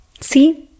See